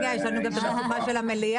יש לנו עוד את המשוכה של המליאה.